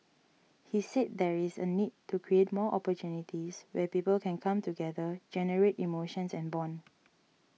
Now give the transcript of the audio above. he said there is a need to create more opportunities where people can come together generate emotions and bond